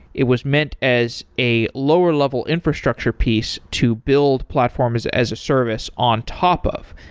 it was meant as a lower level infrastructure piece to build platforms as a service on top of,